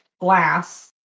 Glass